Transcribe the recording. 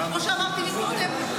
כמו שאמרתי קודם,